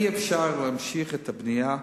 אי-אפשר להקפיא את הבנייה.